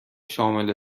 شامل